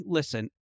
listen